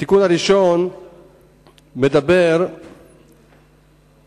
התיקון הראשון מדבר על כך